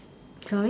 sorry